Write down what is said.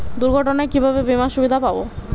দুর্ঘটনায় কিভাবে বিমার সুবিধা পাব?